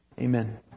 Amen